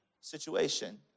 situation